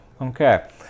okay